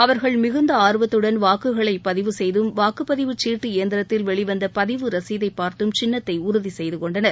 அவர்கள் மிகுந்த ஆர்வத்துடன் வாக்குகளை பதிவு செய்தும் வாக்குப்பதிவுச் சீட்டு இயந்திரத்தில் வெளிவந்த பதிவு ரசீதை பார்த்து சின்னத்தை உறுதி செய்து கொண்டனர்